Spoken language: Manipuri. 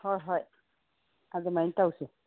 ꯍꯣꯏ ꯍꯣꯏ ꯑꯗꯨꯃꯥꯏꯅ ꯇꯧꯁꯤ